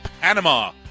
Panama